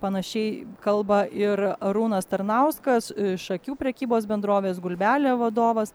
panašiai kalba ir arūnas tarnauskas šakių prekybos bendrovės gulbelė vadovas